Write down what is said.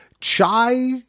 Chai